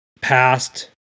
past